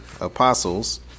apostles